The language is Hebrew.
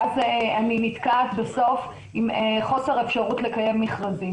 ואז אני נתקעת בסוף עם חוסר אפשרות לקיים מכרזים.